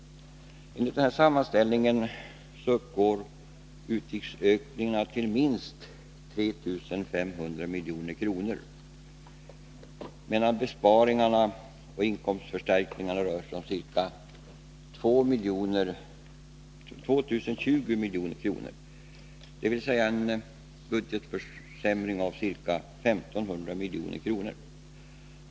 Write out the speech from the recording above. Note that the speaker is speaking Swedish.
Enligt denna sammanställning uppgår utgiftsökningarna till minst 3 500 milj.kr., medan besparingarna och inkomstförstärkningarna rör sig om 2 020 milj.kr., dvs. en budgetförsämring med ca 1500 milj.kr.